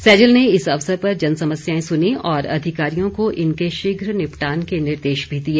सैजल ने इस अवसर पर जनसमस्याएं सुनी और अधिकारियों को इनके शीघ्र निपटान के निर्देश भी दिए